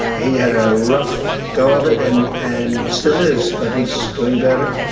he had a rough go of it and and still is. but he's doing better.